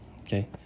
Okay